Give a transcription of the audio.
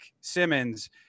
Simmons